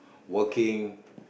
working